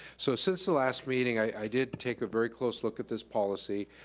so since the last meeting i did take a very close look at this policy.